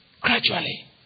gradually